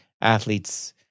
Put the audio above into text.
athletes